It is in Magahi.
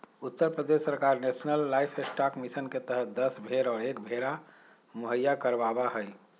उत्तर प्रदेश सरकार नेशलन लाइफस्टॉक मिशन के तहद दस भेंड़ और एक भेंड़ा मुहैया करवावा हई